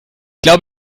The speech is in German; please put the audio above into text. glaube